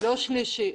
לא שלישי.